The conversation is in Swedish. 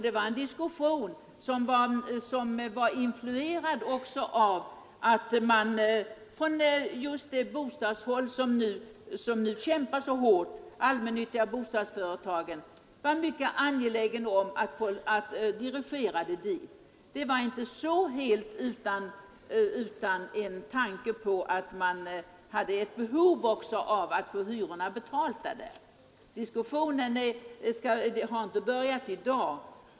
Det var en diskussion som bl.a. var influerad av det förhållandet att man inom de allmännyttiga bostadsföretagen, som nu kämpar så hårt i denna fråga, var mycket angelägen om att dirigera stödet till bostäderna. Tanken på bostadstillägg var inte helt främmande för ett behov av att få hyrorna i de allmännyttiga bostadsföretagen betalade. Diskussionen härom har inte börjat i dag.